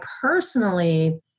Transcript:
personally